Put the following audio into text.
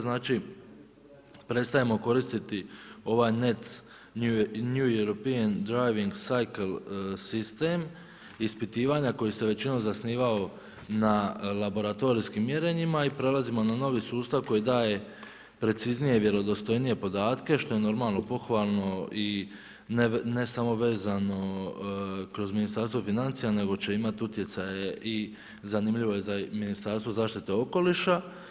Znači prestajemo koristiti ovaj net New European Driving Cycle sistem ispitivanja koji se većinom zasnivao na laboratorijskim mjerenjima i prelazimo na novi sustav koji daje preciznije i vjerodostojnije podatke što je normalno pohvalno i ne samo vezano kroz Ministarstvo financija nego će imati utjecaje i zanimljivo je za Ministarstvo zaštite okoliša.